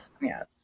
Yes